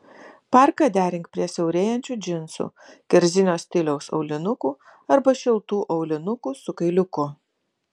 parką derink prie siaurėjančių džinsų kerzinio stiliaus aulinukų arba šiltų aulinukų su kailiuku